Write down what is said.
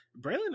Braylon